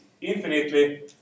infinitely